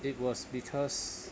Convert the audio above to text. it was because